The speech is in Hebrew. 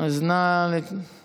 אז נא להתיישב.